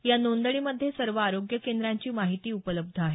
या नोंदणीमध्ये सर्व आरोग्य केंद्रांची माहिती उपलब्ध आहे